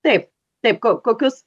taip taip ko kokius